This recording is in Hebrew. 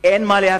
אין מה להפסיד.